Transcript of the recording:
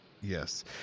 Yes